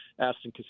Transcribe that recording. Aston